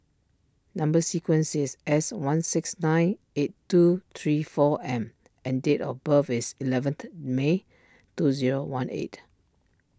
Number Sequence is S one six nine eight two three four M and date of birth is eleventh May two zero one eight